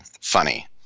funny